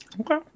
Okay